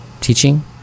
teaching